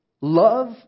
love